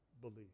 believe